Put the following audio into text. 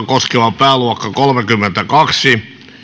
koskeva pääluokka kolmekymmentäkaksi